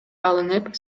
алынып